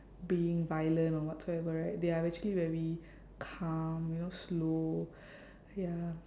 being violent or whatsoever right they are actually very calm you know slow ya